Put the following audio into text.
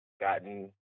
gotten